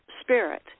spirit